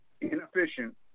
inefficient